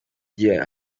gihe